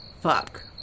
fuck